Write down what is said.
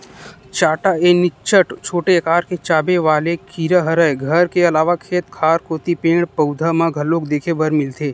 चाटा ए निच्चट छोटे अकार के चाबे वाले कीरा हरय घर के अलावा खेत खार कोती पेड़, पउधा म घलोक देखे बर मिलथे